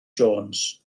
jones